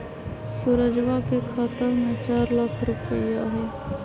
सुरजवा के खाता में चार लाख रुपइया हई